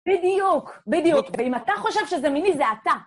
בדיוק, בדיוק. ואם אתה חושב שזה מיני, זה אתה.